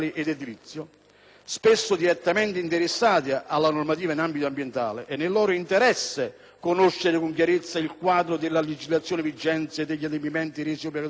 spesso direttamente interessati alla normativa in ambito ambientale, è nel loro interesse conoscere con chiarezza il quadro della legislazione vigente e degli adempimenti resi obbligatori in forza di legge.